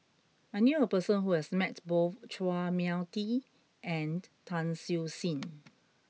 I knew a person who has met both Chua Mia Tee and Tan Siew Sin